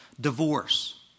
divorce